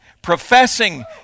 professing